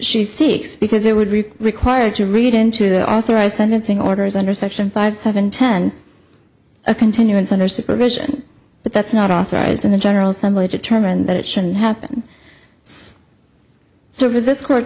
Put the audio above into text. she seeks because it would be required to read into the authorized sentencing orders under section five seven ten a continuance under supervision but that's not authorized in the general assembly determined that it shouldn't happen